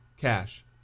Cash